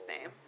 name